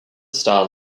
star